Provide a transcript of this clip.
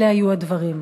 אלה היו הדברים: